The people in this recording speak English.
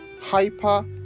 hyper